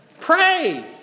Pray